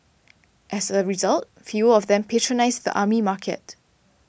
as a result fewer of them patronise the army market